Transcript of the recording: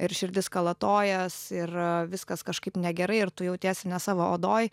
ir širdis kalatojas ir a viskas kažkaip negerai ir tu jautiesi ne savo odoj